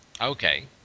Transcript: Okay